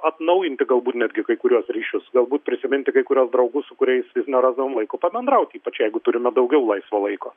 atnaujinti galbūt netgi kai kuriuos ryšius galbūt prisiminti kai kuriuos draugus su kuriais vis nerasdavom laiko pabendraut ypač jeigu turime daugiau laisvo laiko